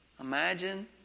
Imagine